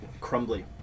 Crumbly